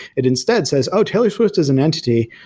it instead says, oh, taylor swift is an entity,